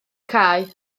cae